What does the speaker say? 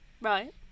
Right